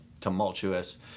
tumultuous